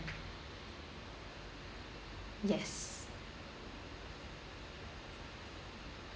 yes